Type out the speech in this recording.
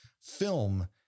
film